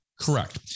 Correct